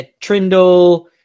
Trindle